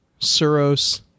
Suros